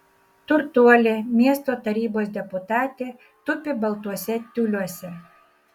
turtuolė miesto tarybos deputatė tupi baltuose tiuliuose